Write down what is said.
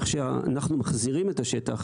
איך שאנחנו מחזירים את השטח,